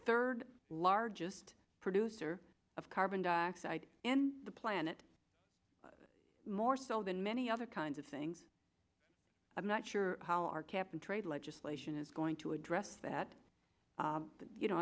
third largest producer of carbon dioxide in the planet more so than many other kinds of things i'm not sure how our cap and trade legislation is going to address that you know